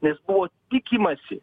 nes buvo tikimasi